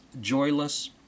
joyless